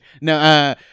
No